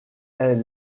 est